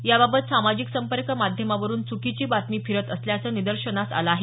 याबाबत सामाजिक संपर्क माध्यमावरून च्कीची बातमी फिरत असल्याचं निदर्शनास आलं आहे